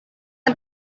her